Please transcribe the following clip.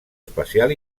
espacial